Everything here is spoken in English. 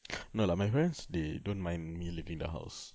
no lah my friends they don't mind me leaving the house